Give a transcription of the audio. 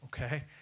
okay